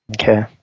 okay